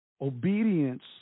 Obedience